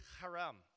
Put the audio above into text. haram